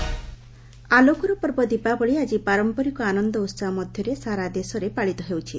ଦିଓାଲି ଆଲୋକର ପର୍ବ ଦୀପାବଳି ଆଜି ପାରମ୍ପରିକ ଆନନ୍ଦ ଉତ୍ସାହ ମଧ୍ୟରେ ସାରା ଦେଶରେ ପାଳିତ ହେଉଛି